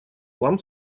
вам